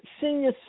senior